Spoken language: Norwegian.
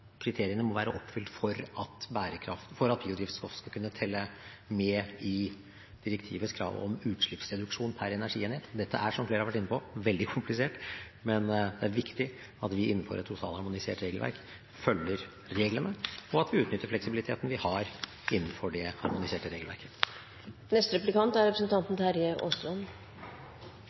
kriteriene må være oppfylt for at biodrivstoff skal kunne telle med i direktivets krav om utslippsreduksjoner per energienhet. Dette er, som flere har vært inne på, veldig komplisert, men det er viktig at vi innenfor et totalharmonisert regelverk følger reglene, og at vi utnytter fleksibiliteten vi har innenfor det harmoniserte regelverket. Jeg er